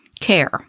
care